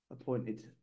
appointed